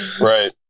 Right